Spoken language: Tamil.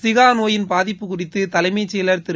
ஜிக்கா நோயின் பாதிப்பு குறித்து தலைமைச் செயலர் திரு